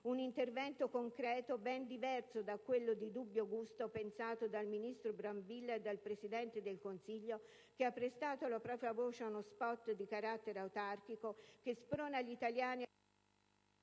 Un intervento concreto, ben diverso da quello di dubbio gusto pensato dal ministro Brambilla e dal Presidente del Consiglio, che ha prestato la propria voce a uno spot di carattere autarchico che sprona gli italiani